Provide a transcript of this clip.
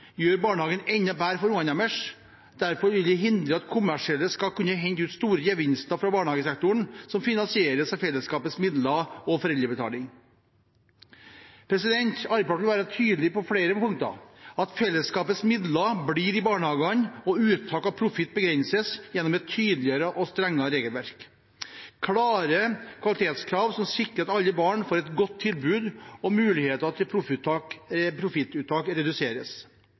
gjør barnehagen enda bedre for ungene deres. Derfor vil vi hindre at kommersielle skal kunne hente ut store gevinster fra barnehagesektoren, som finansieres av fellesskapets midler og foreldrebetaling. Arbeiderpartiet vil være tydelig på flere punkter, at fellesskapets midler blir i barnehagene og uttak av profitt begrenses gjennom et tydeligere og strengere regelverk, at man skal ha klare kvalitetskrav som sikrer at alle barn får et godt tilbud og muligheter til profittuttak reduseres,